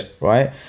right